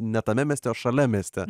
ne tame mieste o šalia mieste